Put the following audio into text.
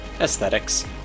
Aesthetics